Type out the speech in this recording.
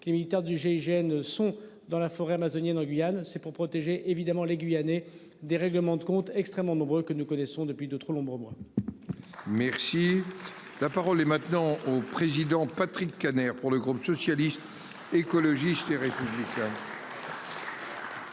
les militaires du GIGN sont dans la forêt amazonienne en Guyane c'est pour protéger évidemment les Guyanais des règlements de compte extrêmement nombreux que nous connaissons depuis de trop nombreux moi. Merci. La parole est maintenant au président Patrick Kanner pour le groupe socialiste écologiste. Monsieur